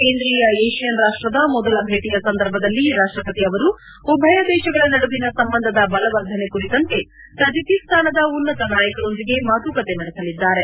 ಕೇಂದ್ರೀಯ ಏಷ್ಣನ್ ರಾಷ್ಲದ ಮೊದಲ ಭೇಟಿಯ ಸಂದರ್ಭದಲ್ಲಿ ರಾಷ್ಲಪತಿ ಅವರು ಉಭಯ ದೇಶಗಳ ನಡುವಿನ ಸಂಬಂಧದ ಬಲವರ್ಧನೆ ಕುರಿತಂತೆ ತಜಕಿಸ್ತಾನದ ಉನ್ನತ ನಾಯಕರೊಂದಿಗೆ ಮಾತುಕತೆ ನಡೆಸಲಿದ್ದಾರೆ